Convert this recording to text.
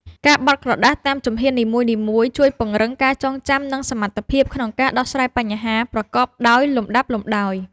ការបត់ក្រដាសតាមជំហាននីមួយៗជួយពង្រឹងការចងចាំ និងសមត្ថភាពក្នុងការដោះស្រាយបញ្ហាប្រកបដោយលំដាប់លម្ដោយ។